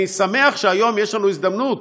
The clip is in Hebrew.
אני שמח שהיום יש לנו הזדמנות,